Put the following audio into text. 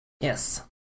Yes